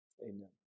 Amen